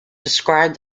described